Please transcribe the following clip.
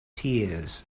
tears